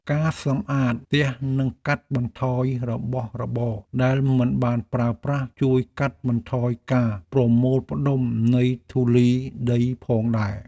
ការសម្អាតផ្ទះនិងកាត់បន្ថយរបស់របរដែលមិនបានប្រើប្រាស់ជួយកាត់បន្ថយការប្រមូលផ្តុំនៃធូលីដីផងដែរ។